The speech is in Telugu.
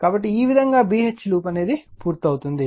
కాబట్టి ఈ విధంగా B H లూప్ పూర్తవుతుంది